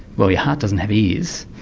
well, your heart doesn't have ears,